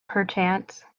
perchance